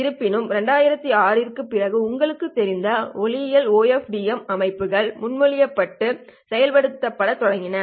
இருப்பினும் 2006 க்குப் பிறகு உங்களுக்குத் தெரிந்த ஒளியியல் OFDM அமைப்புகள் முன்மொழியப்பட்டு செயல்படுத்தத் தொடங்கின